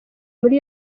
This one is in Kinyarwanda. muri